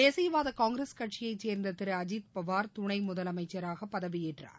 தேசியவாத காங்கிரஸ் கட்சியை சேர்ந்த திரு அஜித் பவார் துணை முதலமைச்சராக பதவியேற்றார்